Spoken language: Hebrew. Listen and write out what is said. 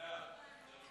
אוקיי.